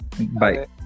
Bye